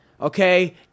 okay